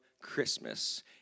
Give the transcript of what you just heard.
Christmas